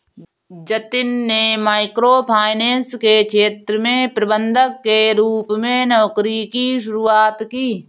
जतिन में micro finance के क्षेत्र में प्रबंधक के रूप में नौकरी की शुरुआत की